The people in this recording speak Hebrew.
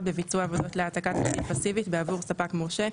בביצוע עבודות להעתקת תשתית פסיבית בעבור ספק מורשה,